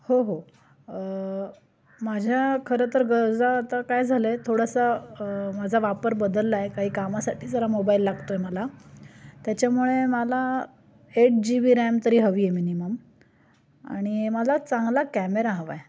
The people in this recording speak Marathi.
हो हो माझ्या खरं तर गरजा आता काय झालं आहे थोडासा माझा वापर बदलला आहे काही कामासाठी जरा मोबाईल लागतो आहे मला त्याच्यामुळे मला एट जी बी रॅम तरी हवी आहे मिनिमम आणि मला चांगला कॅमेरा हवा आहे